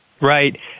Right